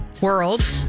world